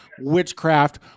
witchcraft